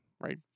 Right